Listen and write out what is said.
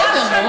בסדר, נו.